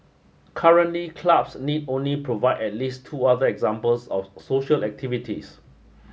currently clubs need only provide at least two other examples of social activities